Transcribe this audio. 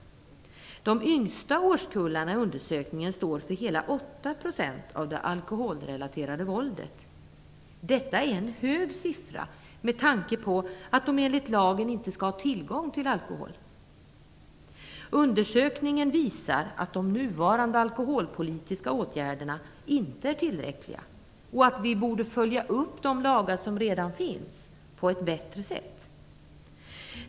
De yngsta årskullarna i undersökningen står för hela 8 % av det alkoholrelaterade våldet. Detta är en hög andel med tanke på att de enligt lagen inte skall ha tillgång till alkohol. Undersökningen visar att de nuvarande alkoholpolitiska åtgärderna inte är tillräckliga och att vi borde följa upp de lagar som redan finns på ett bättre sätt.